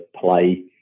play